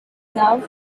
now